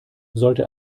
sollte